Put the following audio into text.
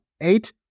eight